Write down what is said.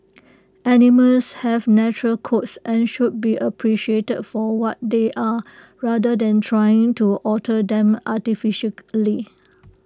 animals have natural coats and should be appreciated for what they are rather than trying to alter them artificially